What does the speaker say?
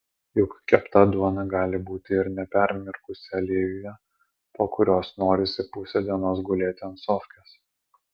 juk kepta duona gali būti ir nepermirkusi aliejuje po kurios norisi pusę dienos gulėti ant sofkės